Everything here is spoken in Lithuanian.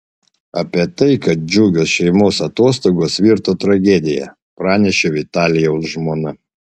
apie tai kad džiugios šeimos atostogos virto tragedija pranešė vitalijaus žmona